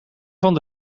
van